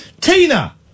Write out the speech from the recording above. Tina